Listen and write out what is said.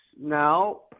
Now